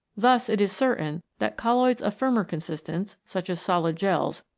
thus it is certain that colloids of firmer consistence, such as solid gels,